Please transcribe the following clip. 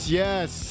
yes